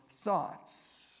thoughts